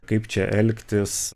kaip čia elgtis